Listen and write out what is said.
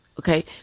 Okay